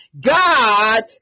God